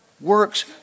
works